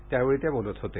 त्यावेळी ते बोलत होते